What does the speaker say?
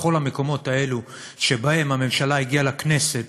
בכל המקומות האלו שבהם הממשלה הגיעה לכנסת